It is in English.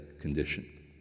condition